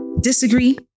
disagree